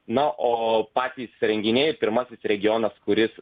na o patys renginiai pirmasis regionas kuris